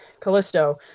Callisto